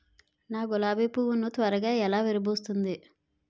నా గులాబి పువ్వు ను త్వరగా ఎలా విరభుస్తుంది?